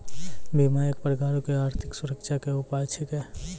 बीमा एक प्रकारो के आर्थिक सुरक्षा के उपाय छिकै